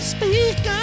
Speak